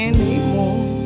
Anymore